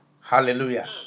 Hallelujah